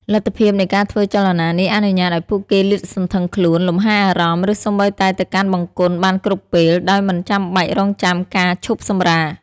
លទ្ធភាពនៃការធ្វើចលនានេះអនុញ្ញាតឱ្យពួកគេលាតសន្ធឹងខ្លួន លំហែរអារម្មណ៍ ឬសូម្បីតែទៅកាន់បង្គន់បានគ្រប់ពេល ដោយមិនចាំបាច់រង់ចាំការឈប់សម្រាក។